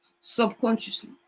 subconsciously